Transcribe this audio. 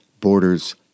borders